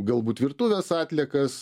galbūt virtuvės atliekas